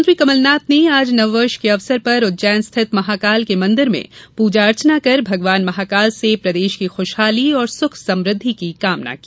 मुख्यमंत्री कमलनाथ ने आज नववर्ष के अवसर पर उज्जैन स्थित महाकाल के मंदिर में पूजा अर्चना कर भगवान महाकाल से प्रदेश की खुशहाली और सुख समृद्धि की कामना की